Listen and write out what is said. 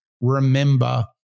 remember